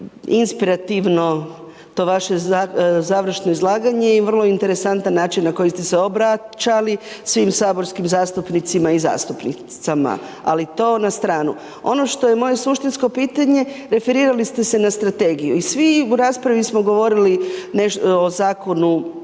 inspirativno to vaše završno izlaganje i vrlo interesantan način na koji ste se obraćali svim saborskim zastupnicima i zastupnicama ali to na stranu. Ono što je moje suštinsko pitanje, referirali ste se na strategiju i svi u raspravi smo govorili o zakonu